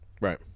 Right